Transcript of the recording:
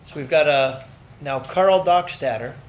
so we've got ah now karl dockstader